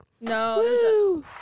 no